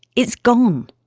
it's gone,